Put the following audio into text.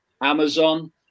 amazon